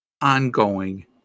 ongoing